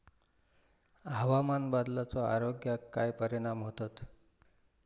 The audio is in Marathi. हवामान बदलाचो आरोग्याक काय परिणाम होतत?